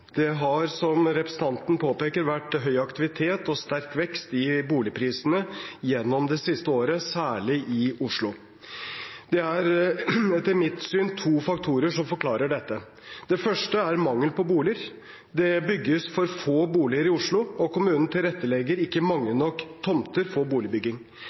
Det har, som representanten påpeker, vært høy aktivitet og sterk vekst i boligprisene gjennom det siste året, særlig i Oslo. Det er etter mitt syn to faktorer som forklarer dette. Den første er mangel på boliger. Det bygges for få boliger i Oslo, og kommunen tilrettelegger ikke mange nok tomter for boligbygging.